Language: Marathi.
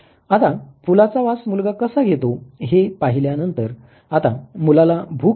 आता फुलाचा वास मुलगा कसा घेतो हे पाहिल्यानंतर आता मुलाला भूक लागल्याची जाणीव होते